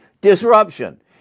disruption